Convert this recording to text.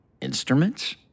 Instruments